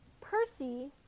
Percy